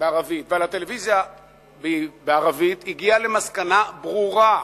בערבית ועל הטלוויזיה בערבית, הגיע למסקנה ברורה,